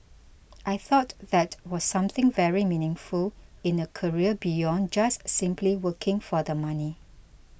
I thought that was something very meaningful in a career beyond just simply working for the money